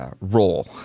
role